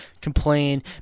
Complain